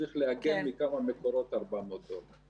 מטה ההסברה הלאומי וכמובן צה"ל.